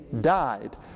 died